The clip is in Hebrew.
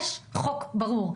יש חוק ברור.